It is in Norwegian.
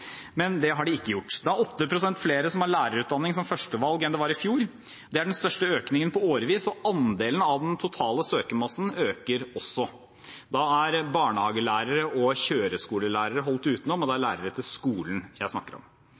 men det har det ikke gjort. Det er 8 pst. flere som har lærerutdanning som førstevalg enn det var i fjor. Det er den største økningen på årevis, og andelen av den totale søkermassen øker også. Da er barnehagelærere og kjøreskolelærere holdt utenom. Det er lærere til skolen jeg snakker om.